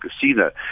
Casino